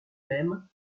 même